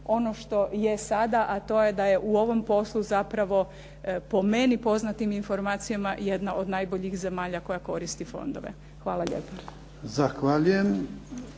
ono što je sada, a to je da je u ovom poslu zapravo po meni poznatim informacijama jedna od najboljih zemalja koja koristi fondove. Hvala lijepa.